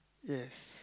yes